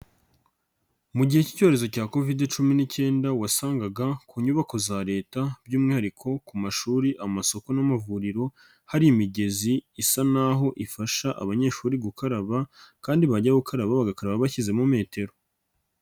Mu gihe k'icyorezo cya Kovide cumi n'ikenda wasangaga ku nyubako za Leta by'umwihariko ku mashuri, amasoko n'amavuriro hari imigezi isa n'aho ifasha abanyeshuri gukaraba kandi bajya gukaraba bagakaraba bashyizemo metero.